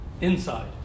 inside